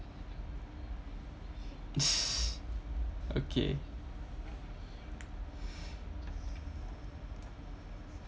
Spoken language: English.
okay